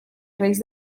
reis